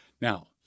Now